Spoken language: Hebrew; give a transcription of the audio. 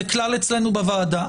זה כלל אצלנו בוועדה,